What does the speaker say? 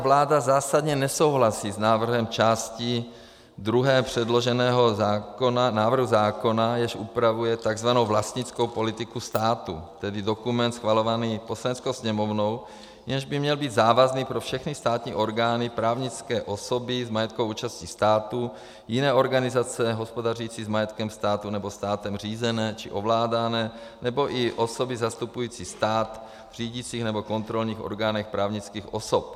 Vláda zásadně nesouhlasí s návrhem části druhé předloženého návrhu zákona, jež upravuje tzv. vlastnickou politiku státu, tedy dokument schvalovaný Poslaneckou sněmovnou, jenž by měl být závazný pro všechny státní orgány, právnické osoby s majetkovou účastí státu, jiné organizace hospodařící s majetkem státu nebo státem řízené či ovládané nebo i osoby zastupující stát v řídících nebo kontrolních orgánech právnických osob.